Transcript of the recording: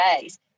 days